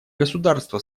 государства